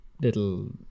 little